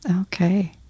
Okay